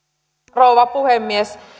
rouva puhemies